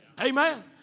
Amen